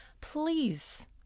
please